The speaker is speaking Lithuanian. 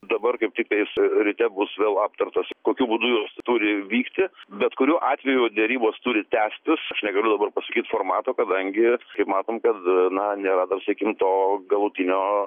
dabar kaip tiktais ryte bus vėl aptartas kokiu būdu jos turi vykti bet kuriuo atveju derybos turi tęstis negaliu dabar pasakyt formato kadangi kaip matom kad na nėra dar sakykim to galutinio